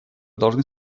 должны